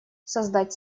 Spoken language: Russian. создать